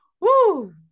Woo